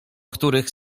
których